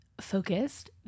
focused